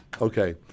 Okay